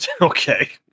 Okay